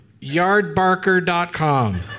yardbarker.com